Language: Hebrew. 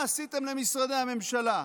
מה עשיתם למשרדי הממשלה?